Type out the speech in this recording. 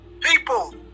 People